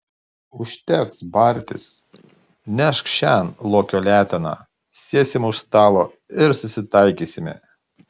užteks bartis nešk šen lokio leteną sėsime už stalo ir susitaikysime